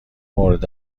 مورد